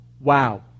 wow